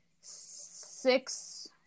six